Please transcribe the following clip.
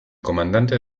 comandante